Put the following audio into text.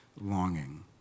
longing